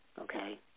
okay